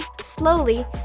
Slowly